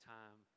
time